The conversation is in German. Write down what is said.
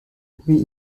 wie